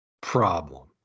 problem